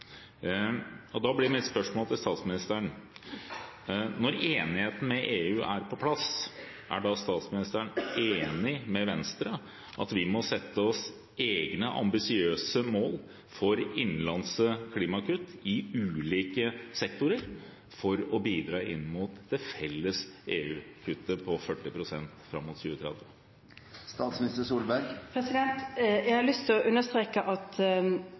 Da blir mitt spørsmål til statsministeren: Når enigheten med EU er på plass, er da statsministeren enig med Venstre i at vi må sette oss egne ambisiøse mål for innenlands klimakutt i ulike sektorer, for å bidra inn mot det felles EU-kuttet på 40 pst. fram mot 2030? Jeg har lyst til å understreke at